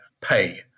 pay